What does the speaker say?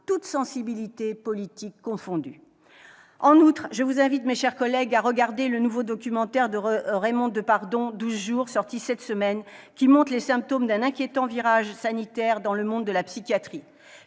toutes sensibilités politiques confondues. En outre, je vous invite, mes chers collègues, à regarder le nouveau documentaire de Raymond Depardon, intitulé, sorti cette semaine, qui montre les symptômes d'un inquiétant virage sécuritaire dans le monde de la psychiatrie.